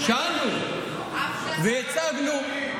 שאלנו והצגנו.